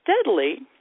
steadily